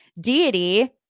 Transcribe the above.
deity